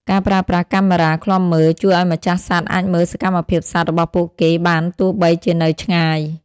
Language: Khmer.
ការប្រើប្រាស់កាមេរ៉ាឃ្លាំមើល ជួយឱ្យម្ចាស់សត្វអាចមើលសកម្មភាពសត្វរបស់ពួកគេបានទោះបីជានៅឆ្ងាយ។